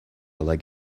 leg